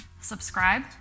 subscribe